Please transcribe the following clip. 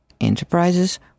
enterprises